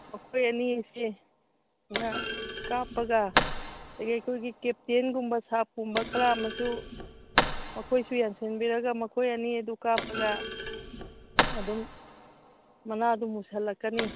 ꯃꯈꯣꯏ ꯑꯅꯤ ꯑꯁꯤꯅ ꯀꯥꯞꯄꯒ ꯑꯩꯈꯣꯏꯒꯤ ꯀꯦꯞꯇꯦꯟꯒꯨꯝꯕ ꯁꯥꯞꯀꯨꯝꯕ ꯈꯔ ꯑꯃꯁꯨ ꯃꯈꯣꯏꯁꯨ ꯌꯥꯟꯁꯤꯟꯕꯤꯔꯒ ꯃꯈꯣꯏ ꯑꯅꯤꯗꯨ ꯀꯥꯞꯄꯒ ꯑꯗꯨꯝ ꯃꯅꯥꯗꯨ ꯃꯨꯁꯜꯂꯛꯀꯅꯤ